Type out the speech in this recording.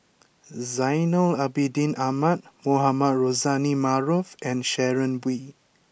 Zainal Abidin Ahmad Mohamed Rozani Maarof and Sharon Wee